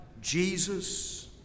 Jesus